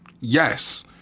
Yes